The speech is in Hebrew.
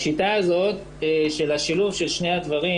השיטה הזאת של השילוב של שני הדברים,